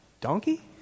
donkey